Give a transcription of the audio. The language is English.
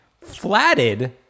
flatted